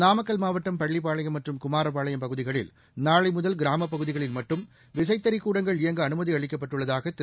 நாமக்கல் மாவட்டம் பள்ளிப்பாளையம் மற்றும் குமாரப்பாளையம் பகுதிகளில் இன்று முதல் கிராமப் பகுதிகளில் மட்டும் விசைத்தறி கூடங்கள் இயங்க அனுமதி அளிக்கப்பட்டுள்தாக திரு